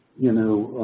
you know,